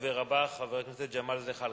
הדובר הבא, חבר הכנסת ג'מאל זחאלקה.